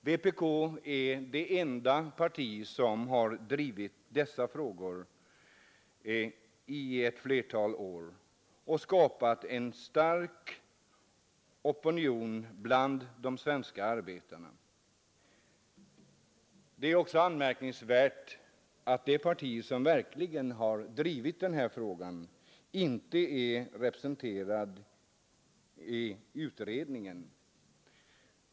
Vpk är det enda parti som har drivit dessa frågor i ett flertal år och skapat en stark opinion bland de svenska arbetarna. Det är också anmärkningsvärt att det parti som verkligen har drivit den här frågan inte är representerat i utredningen.